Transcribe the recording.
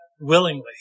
willingly